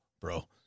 bro